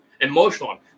Emotional